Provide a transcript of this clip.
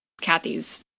Kathy's